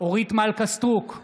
אורית מלכה סטרוק,